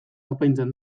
apaintzen